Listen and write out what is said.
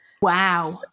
wow